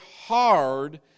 hard